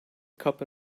cup